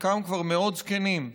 חלקם כבר מאוד זקנים,